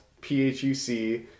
P-H-U-C